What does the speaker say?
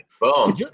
Boom